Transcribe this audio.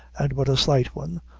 and but a slight one,